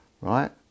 right